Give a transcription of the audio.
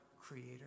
creator